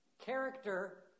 Character